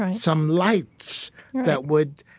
and some lights that would,